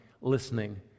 listening